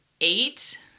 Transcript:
eight